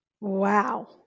Wow